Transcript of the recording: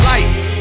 Lights